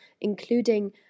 including